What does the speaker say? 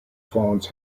phones